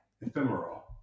Ephemeral